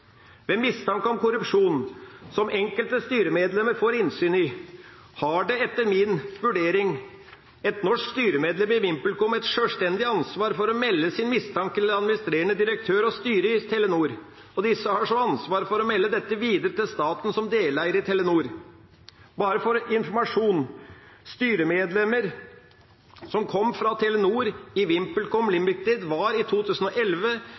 Ved mistanke om korrupsjon som enkelte styremedlemmer får innsyn i, har, etter min vurdering, et norsk styremedlem i VimpelCom et sjølstendig ansvar for å melde sin mistanke til administrerende direktør og styre i Telenor, og disse har så ansvar for å melde dette videre til staten som deleier i Telenor. Bare til informasjon: Styremedlemmer fra Telenor i VimpelCom Ltd. var i 2011